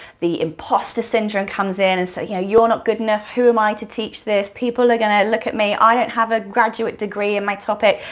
the impostor syndrome comes in and says, yeah, you're not good enough, who am i to teach this, people are gonna look at me, i don't have a graduate degree in my topic,